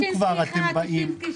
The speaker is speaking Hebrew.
אם כבר אתם באים --- שישינסקי 1,